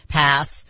pass